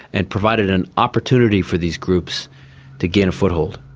and provided an opportunity for these groups to gain a foothold.